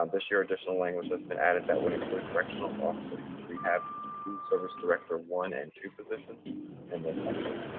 um this year, additional language has been added that would include correctional officer, rehab, food service director one and two positions in this section.